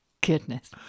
goodness